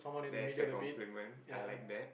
that's a compliment I like that